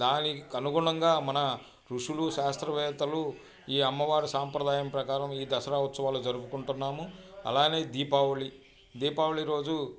దానికి అనుగుణంగా మన ఋషులు శాస్త్రవేత్తలు ఈ అమ్మవారి సాంప్రదాయం ప్రకారం ఈ దసరా ఉత్సవాలు జరుపుకుంటున్నాము అలానే దీపావళి దీపావళి రోజు